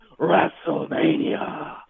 WrestleMania